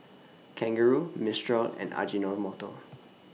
Kangaroo Mistral and Ajinomoto